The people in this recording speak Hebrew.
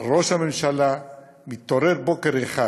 ראש הממשלה מתעורר בוקר אחד,